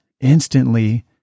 Instantly